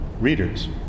readers